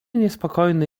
niespokojny